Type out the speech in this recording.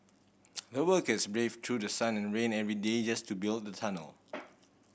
the workers braved through the sun and rain every day yes to build the tunnel